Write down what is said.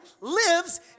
lives